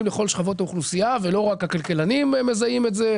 לכל שכבות האוכלוסייה על ידי כך שלא רק הכלכלנים יזהו את זה,